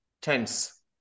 tense